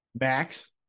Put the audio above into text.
Max